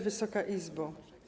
Wysoka Izbo!